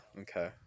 Okay